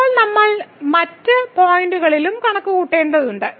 ഇപ്പോൾ നമ്മൾ മറ്റ് പോയിന്റുകളിലും കണക്കുകൂട്ടേണ്ടതുണ്ട്